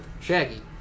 Shaggy